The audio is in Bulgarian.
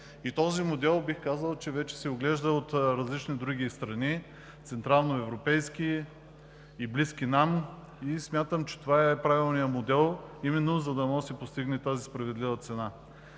Този модел, бих казал, че вече се оглежда от различни други държави – централноевропейски, и страни, близки до нас, и смятам, че това е правилният модел, с който може да се постигне тази справедлива цена.